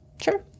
Sure